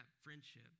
friendship